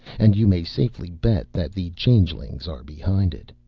and you may safely bet that the changelings are behind it.